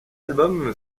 album